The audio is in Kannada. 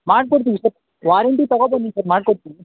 ಮಾಡ್ಕೊಡ್ತೀವಿ ಸರ್ ವಾರಂಟಿ ತೊಗೊಂಡು ಬನ್ನಿ ಸರ್ ಮಾಡ್ಕೊಡ್ತೀವಿ